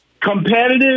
competitive